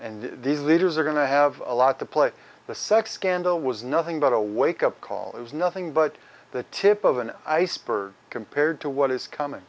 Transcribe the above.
and these leaders are going to have a lot to play the sex scandal was nothing but a wake up call it was nothing but the tip of an iceberg compared to what is coming